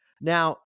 now